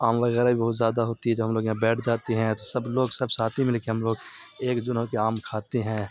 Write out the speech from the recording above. آم وغیرہ بھی بہت زیادہ ہوتی ہے جب ہم لوگ یہاں بیٹھ جاتے ہیں تو سب لوگ سب ساتھی مل کے ہم لوگ ایک جنوں کے آم کھاتے ہیں